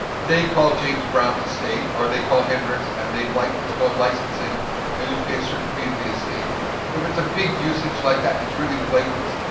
they called james brown's estate, or they called hendrix's, and they like it's called licensing and you pay a certain fee to the estate. s? so if it's a big usage like that, it's really blatant,